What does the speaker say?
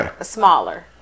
smaller